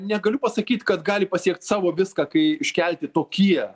negaliu pasakyt kad gali pasiekt savo viską kai iškelti tokie